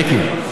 מיקי,